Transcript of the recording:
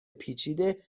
پیچیده